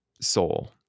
soul